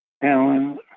Alan